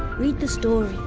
read the story!